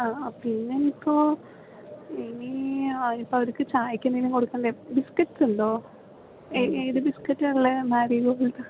ആ പിന്നെ എനിയിപ്പോൾ എനീ ആ ഇപ്പോൾ അവർക്കു ചായയ്ക്ക് എന്തെങ്കിലും കൊടുക്കണ്ടേ ബിസ്ക്കറ്റ്സ് ഉണ്ടോ ഏത് ബിസ്ക്കറ്റാണ് ഉള്ളത് മാരിഗോൾഡ്